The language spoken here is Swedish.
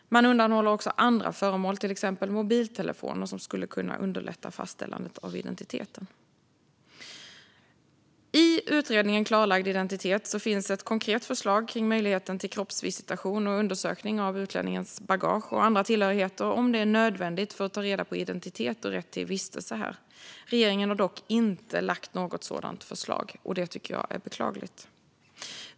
Man undanhåller också andra föremål, till exempel mobiltelefoner, som skulle kunna underlätta fastställandet av identiteten. I utredningen Klarlagd identitet - om utlänningars rätt att vistas i Sverige, inre utlänningskontroller och missbruk av identitetshandlingar finns ett konkret förslag om möjligheten till kroppsvisitation och undersökning av utlänningens bagage och andra tillhörigheter, om det är nödvändigt för att ta reda på identitet och rätt till vistelse här. Regeringen har dock inte lagt fram något sådant förslag, och det tycker jag är beklagligt.